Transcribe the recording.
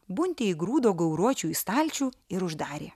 buntė įgrūdo gauruočių į stalčių ir uždarė